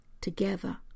together